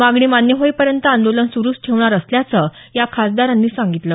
मागणी मान्य होईपर्यंत आंदोलन सुरुच ठेवणार असल्याचं या खासदारांनी सांगितलं